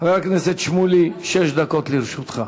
חבר הכנסת שמולי, שש דקות לרשותך.